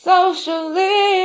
Socially